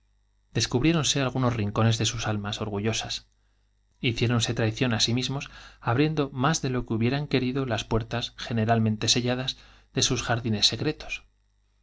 descubriéronse algunos de almas hiciéronse traición á sí sus orgullosas mismos abriendo más de lo que hubieran querido de jardines las puertas generalmente selladas sus secretos